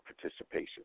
participation